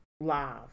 Live